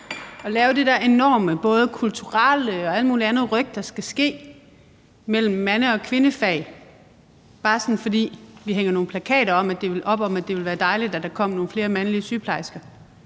at lave det der både enorme kulturelle ryk og alle mulig andre ryk, der skal ske mellem mandefag og kvindefag, bare fordi vi hænger nogle plakater op om, at det ville være dejligt, hvis der kom nogle flere mandlige sygeplejersker